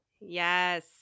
Yes